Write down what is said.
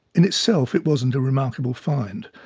in itself, it wasn't a remarkable find.